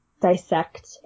dissect